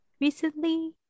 recently